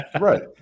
right